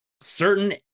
Certain